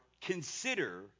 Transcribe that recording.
consider